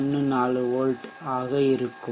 14 V இருக்கும்